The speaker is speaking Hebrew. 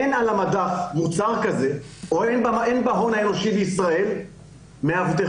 אין על המדף מוצר כזה או אין בהון האנושי בישראל מאבטחים,